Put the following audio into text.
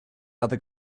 other